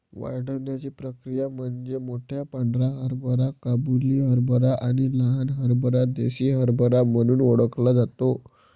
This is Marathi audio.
वाढण्याची प्रक्रिया म्हणजे मोठा पांढरा हरभरा काबुली हरभरा आणि लहान हरभरा देसी हरभरा म्हणून ओळखला जातो